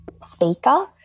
speaker